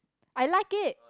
I like it